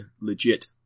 legit